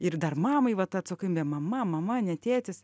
ir dar mamai va ta atsakomybė mama mama ne tėtis